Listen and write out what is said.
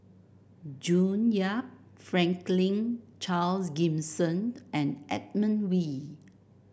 June Yap Franklin Charles Gimson and Edmund Wee